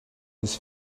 his